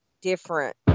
different